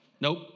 Nope